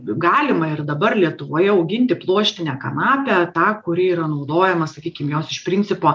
galima ir dabar lietuvoje auginti pluoštinę kanapę tą kuri yra naudojama sakykim jos iš principo